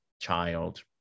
child